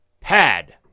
Pad